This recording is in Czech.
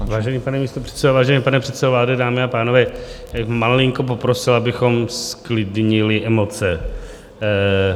Vážený pane místopředsedo, vážený pane předsedo vlády, dámy a pánové, malinko bych poprosil, abychom zklidnili emoce.